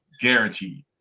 guaranteed